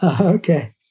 okay